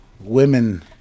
women